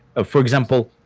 ah for example,